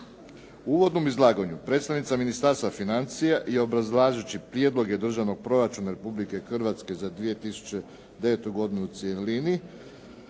uvodnom izlaganju predstavnica Ministarstva financija i obrazlažući prijedloge Državnog proračuna Republike Hrvatske za 2009. godinu u cjelini